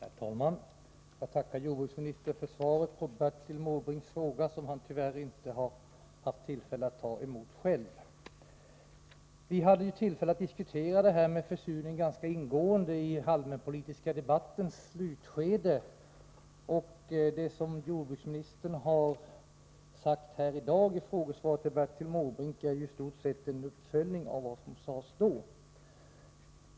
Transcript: Herr talman! Jag tackar jordbruksministern för svaret på Bertil Måbrinks fråga, ett svar som han tyvärr inte har tillfälle att själv ta emot. Vi hade ju tillfälle att ganska ingående diskutera frågan om försurningen i den allmänpolitiska debattens slutskede, och det som jordbruksministern i dag säger i svaret till Bertil Måbrink är i stort sett en uppföljning av vad som sades då.